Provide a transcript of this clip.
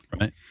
Right